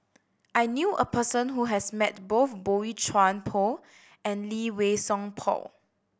I knew a person who has met both Boey Chuan Poh and Lee Wei Song Paul